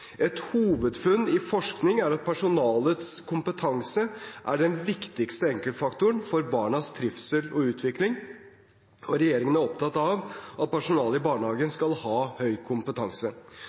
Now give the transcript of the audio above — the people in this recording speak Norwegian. Et hovedfunn i forskning er at personalets kompetanse er den viktigste enkeltfaktoren for barnas trivsel og utvikling, og regjeringen er opptatt av at personalet i barnehagen skal ha høy kompetanse.